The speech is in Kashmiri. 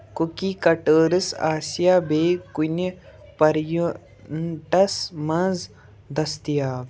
کُکی کَٹٲرٕس آسِیا بیٚیہِ کُنہِ پرینٹس منٛز دٔستِیاب